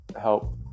help